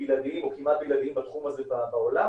בלעדיים או כמעט בלעדיים בתחום הזה בעולם,